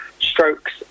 strokes